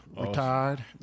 Retired